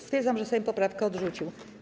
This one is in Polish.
Stwierdzam, że Sejm poprawkę odrzucił.